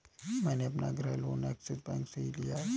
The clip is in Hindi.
मैंने अपना गृह लोन ऐक्सिस बैंक से ही लिया था